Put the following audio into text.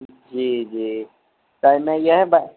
जी जी त एहिमे इएह बात